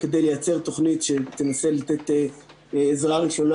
כדי לייצר תוכנית שתנסה לתת עזרה ראשונה